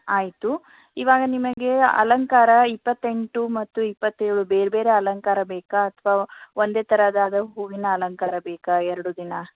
ಆಯಿತು ಇವಾಗ ನಿಮಗೆ ಅಲಂಕಾರ ಇಪ್ಪತ್ತೆಂಟು ಮತ್ತು ಇಪ್ಪತ್ತೇಳು ಬೇರೆ ಬೇರೆ ಅಲಂಕಾರ ಬೇಕಾ ಅಥವಾ ಒಂದೇ ಥರದಾದ ಹೂವಿನ ಅಲಂಕಾರ ಬೇಕಾ ಎರಡೂ ದಿನ